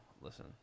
listen